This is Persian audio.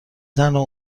تنها